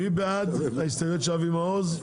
מי בעד ההסתייגויות של אבי מעוז?